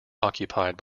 occupied